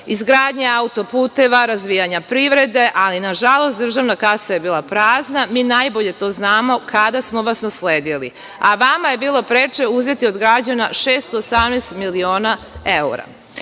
izgradnje autoputeva, razvijanja privrede, ali nažalost, državna kasa je bila prazna. Mi najbolje to znamo kada smo vas nasledili. Vama je bilo preče uzeti od građana 618 miliona